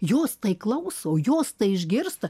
jos tai klauso jos tai išgirsta